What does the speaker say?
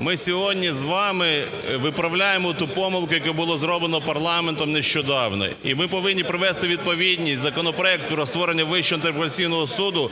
ми сьогодні з вами виправляємо ту помилку, яку було зроблено парламентом нещодавно. І ми повинні привести у відповідність законопроект про створення Вищого антикорупційного суду